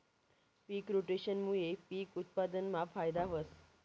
पिक रोटेशनमूये पिक उत्पादनमा फायदा व्हस